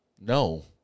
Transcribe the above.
No